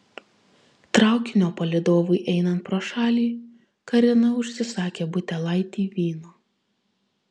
traukinio palydovui einant pro šalį karina užsisakė butelaitį vyno